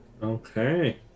okay